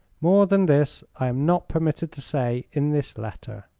more than this i am not permitted to say in this letter.